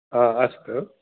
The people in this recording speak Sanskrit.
आ अस्तु